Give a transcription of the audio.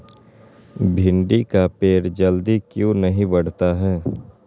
भिंडी का पेड़ जल्दी क्यों नहीं बढ़ता हैं?